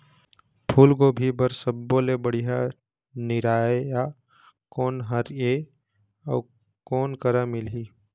फूलगोभी बर सब्बो ले बढ़िया निरैया कोन हर ये अउ कोन करा मिलही?